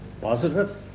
positive